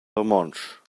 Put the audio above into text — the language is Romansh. romontsch